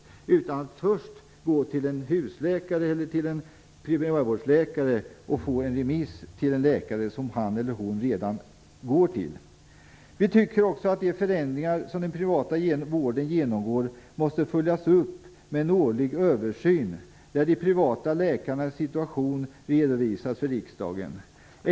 Patienten skall i det fallet inte först behöva gå till en husläkare eller en primärvårdsläkare för att få en remiss till en läkare som han eller hon redan går till. Vi tycker också att de förändringar som den privata vården genomgår måste följas upp med den årlig översyn, där det privata läkarnas situation redovisas för riksdagen.